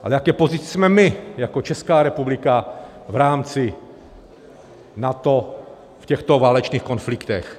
Ale v jaké pozici jsme my jako Česká republika v rámci NATO v těchto válečných konfliktech?